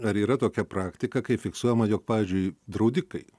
ar yra tokia praktika kai fiksuojama jog pavyzdžiui draudikai